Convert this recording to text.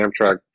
Amtrak